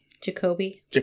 Jacoby